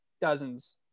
dozens